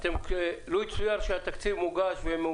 שהוא לא רלוונטי לכאן וגם בתחום הטיפול באנשים,